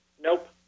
Nope